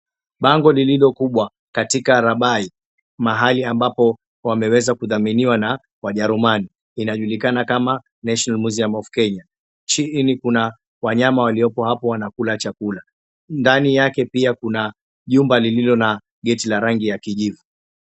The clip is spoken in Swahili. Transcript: Bango lililo kubwa katika Rabai. Mahali ambapo wameweza kudhaminiwa na wajerumani inajulikana kama National Museum of Kenya. Chini kuna wanyama waliopo hapo wanakula chakula. Ndani yake pia kuna, jumba lililo na gate la rangi ya kijivu.